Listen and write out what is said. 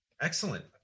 Excellent